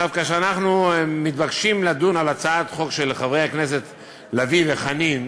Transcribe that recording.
כשאנחנו מתבקשים לדון על הצעת החוק של חברי הכנסת לביא וחנין,